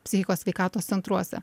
psichikos sveikatos centruose